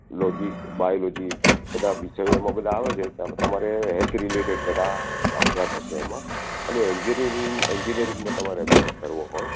logic biology બધાં વિષયો એમાં બધાં આવે છે તમા તમારે હેલ્થ રીલેટેડ બધા અભ્યાસ હશે એમાં અને એન્જીનિયરીંગ એન્જીનિયરીંગમાં તમારે અભ્યાસ કરવો હોય